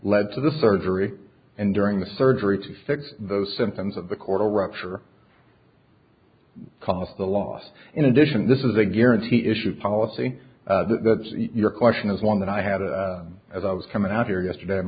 led to the surgery and during the surgery to fix those symptoms of the chordal rupture cost a loss in addition this is a guarantee issued policy that's your question is one that i had as i was coming out here yesterday i'm